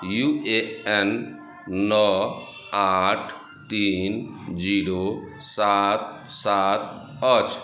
U A N नओ आठ तीन जीरो सात सात अछि